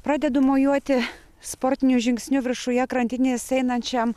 pradedu mojuoti sportiniu žingsniu viršuje krantnės einančiam